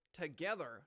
together